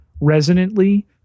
resonantly